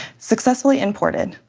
successfully imported.